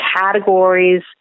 categories